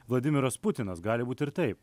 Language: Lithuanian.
vladimiras putinas gali būti ir taip